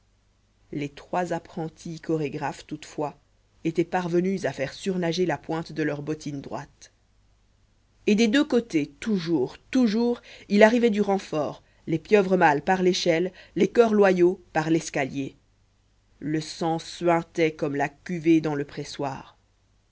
les trois apprenties chorégraphes toutefois étaient parvenues à faire surnager la pointe de leur bottine droite et des deux côtés toujours toujours il arrivait du renfort les pieuvres mâles par l'échelle les coeurs loyaux par l'escalier le sang suintait comme la cuvée dans le pressoir